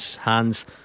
hands